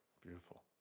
beautiful